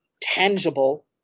tangible